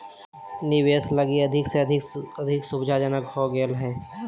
निवेशक लगी अधिक से अधिक सुविधाजनक हो गेल हइ